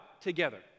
together